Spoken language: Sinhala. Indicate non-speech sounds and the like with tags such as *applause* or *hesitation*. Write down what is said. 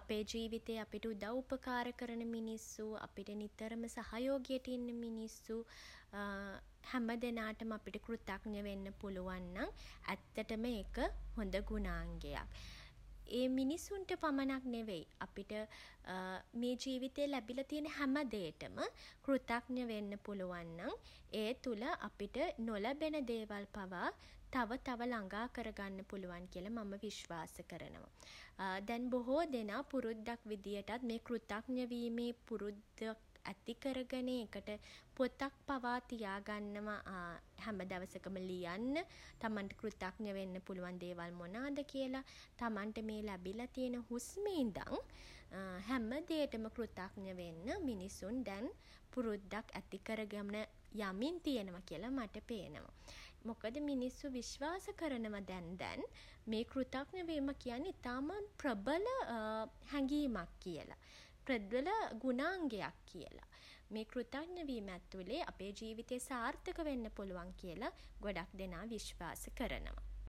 අපේ ජීවිතේ අපිට උදව් උපකාර කරන මිනිස්සු *hesitation* අපිට නිතරම සහයෝගයට ඉන්න මිනිස්සු *hesitation* හැම දෙනාටම අපිට කෘතඥ වෙන්න පුළුවන් නම් *hesitation* ඇත්තටම ඒක *hesitation* හොඳ ගුණාංගයක්. ඒ මිනිසුන්ට පමණක් නෙවෙයි අපිට *hesitation* මේ ජීවිතේ ලැබිල තියෙන හැමදේටම *hesitation* කෘතඥ වෙන්න පුලුවන්නම් *hesitation* ඒ තුළ *hesitation* අපිට *hesitation* නොලැබෙන දේවල් පවා තව තව ළඟා කරගන්න පුළුවන් කියලා මම විශ්වාස කරනවා *hesitation* දැන් බොහෝ දෙනා පුරුද්දක් විදිහටත් මේ කෘතඥ වීමේ පුරුද්දක් ඇති කරගෙන *hesitation* ඒකට පොතක් පවා තියාගන්නවා *hesitation* හැම දවසකම ලියන්න. තමන් කෘතඥ වෙන්න පුළුවන් දේවල් මොනවද කියල *hesitation* තමන්ට මේ ලැබිලා තියෙන හුස්ම ඉඳන් *hesitation* හැමදේටම කෘතඥ වෙන්න *hesitation* මිනිසුන් දැන් *hesitation* පුරුද්දක් ඇති කරගෙන *hesitation* යමින් තියෙනවා කියලා මට පේනවා. මොකද මිනිස්සු විශ්වාස කරනවා දැන් දැන් *hesitation* මේ කෘතඥ වීම කියන්නේ ඉතාම *hesitation* ප්‍රබල *hesitation* හැඟීමක් කියල. ප්‍රබල ගුණාංගයක් කියල. මේ කෘතඥ වීම ඇතුළේ අපේ ජීවිතය සාර්ථක වෙන්න පුළුවන් කියල ගොඩක් දෙනා විශ්වාස කරනවා.